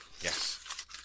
Yes